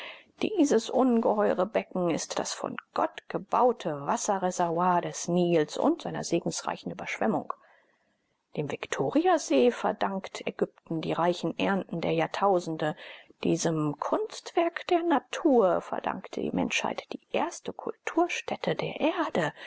dieses ungeheure becken ist das von gott gebaute wasserreservoir des nils und seiner segensreichen überschwemmung dem viktoriasee verdankt ägypten die reichen ernten der jahrtausende diesem kunstwerk der natur verdankt die menschheit die erste kulturstätte der erde